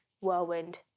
whirlwind